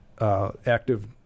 active